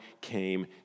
came